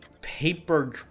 paper